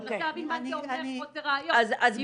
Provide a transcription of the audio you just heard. אני מנסה להבין מה זה אומר חוסר ראיות.